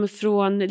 från